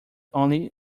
only